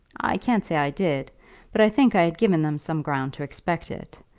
i can't say i did but i think i had given them some ground to expect it.